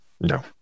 No